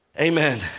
Amen